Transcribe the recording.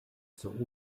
zur